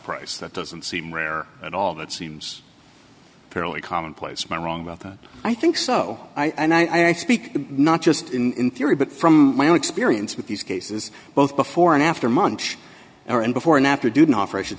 price that doesn't seem rare at all that seems fairly commonplace men wrong about that i think so i know i speak not just in theory but from my own experience with these cases both before and after munch or and before and after didn't offer i should